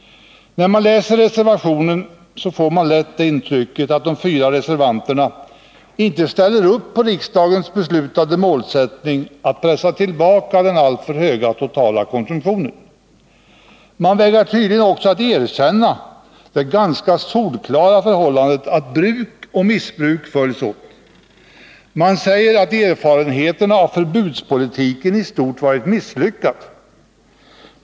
När man läser reservationen får man lätt intrycket att de fyra reservanterna inte ställer upp på den av riksdagen beslutade målsättningen att pressa tillbaka den alltför höga totala alkoholkonsumtionen. Man vägrar tydligen också att erkänna det solklara faktum att bruk och missbruk följs åt. Man säger att erfarenheterna visar att förbudspolitiken i stort varit misslyckad.